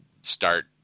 start